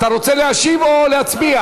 אתה רוצה להשיב או להצביע?